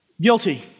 Guilty